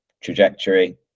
trajectory